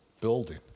building